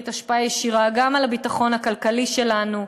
השפעה ישירה גם על הביטחון הכלכלי שלנו,